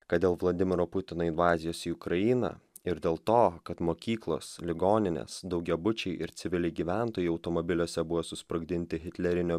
kad dėl vladimiro putino invazijos į ukrainą ir dėl to kad mokyklos ligoninės daugiabučiai ir civiliai gyventojai automobiliuose buvo susprogdinti hitleriniu